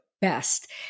best